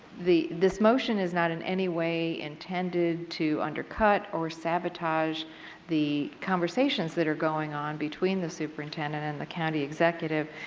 this motion is not in any way intended to undercut or sabotage the conversations that are going on between the superintendent and the county executive,